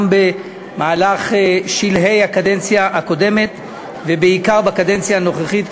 גם בשלהי הקדנציה הקודמת ובעיקר בקדנציה הנוכחית,